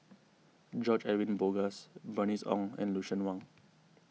George Edwin Bogaars Bernice Ong and Lucien Wang